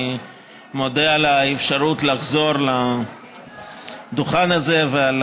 אני מודה על האפשרות לחזור לדוכן הזה ועל